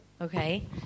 Okay